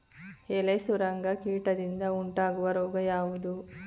ಎಲೆ ಸುರಂಗ ಕೀಟದಿಂದ ಉಂಟಾಗುವ ರೋಗ ಯಾವುದು?